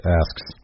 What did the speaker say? asks